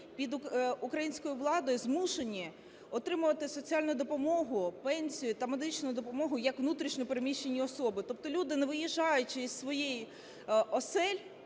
під українською владою, змушені отримувати соціальну допомогу, пенсію та медичну допомогу як внутрішньо переміщені особи. Тобто люди, не виїжджаючи із своїх осель,